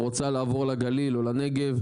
רוצה לעבור לגליל ולנגב,